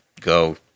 go